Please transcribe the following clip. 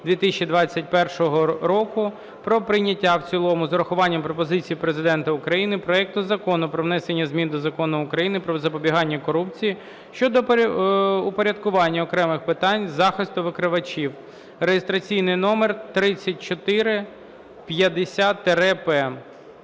року про прийняття в цілому з урахуванням пропозицій Президента України проекту Закону про внесення змін до Закону України "Про запобігання корупції" щодо упорядкування окремих питань захисту викривачів (реєстраційний номер 3450-П).